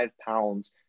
pounds